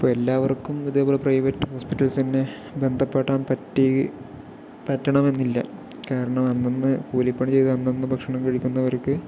ഇപ്പൊൾ എല്ലാവർക്കും ഇതേ പോലെ പ്രൈവറ്റ് ഹോസ്പിറ്റൽസ് തന്നെ ബന്ധപ്പെടാൻ പറ്റി പറ്റണമെന്നില്ല കാരണം അന്നന്ന് കൂലിപ്പണി ചെയ്ത് അന്നന്ന് ഭക്ഷണം കഴിക്കുന്നവർക്ക്